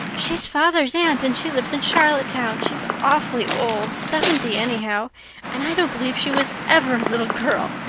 she's father's aunt and she lives in charlottetown. she's awfully old seventy anyhow and i don't believe she was ever a little girl.